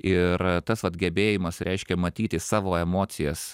ir tas vat gebėjimas reiškia matyti savo emocijas